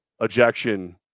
ejection